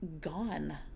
gone